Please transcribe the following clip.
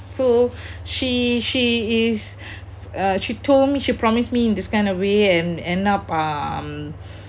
so she she is uh she told me she promised me in this kind of way and end up um